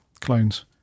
clones